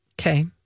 Okay